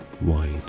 wide